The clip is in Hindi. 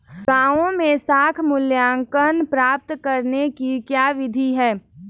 गाँवों में साख मूल्यांकन प्राप्त करने की क्या विधि है?